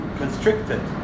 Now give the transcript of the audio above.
constricted